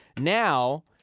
Now